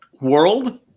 world